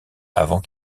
avant